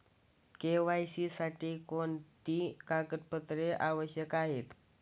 KYC साठी कोणती कागदपत्रे आवश्यक आहेत?